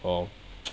so